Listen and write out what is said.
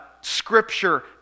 scripture